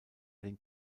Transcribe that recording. den